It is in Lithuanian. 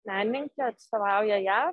menininkė atstovauja jav